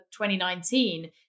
2019